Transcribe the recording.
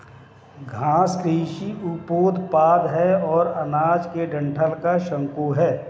घास कृषि उपोत्पाद है और अनाज के डंठल का शंकु है